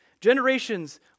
Generations